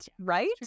right